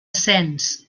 cens